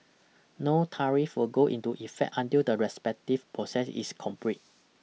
no tariff will go into effect until the respective process is complete